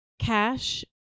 cash